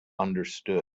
understood